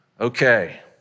Okay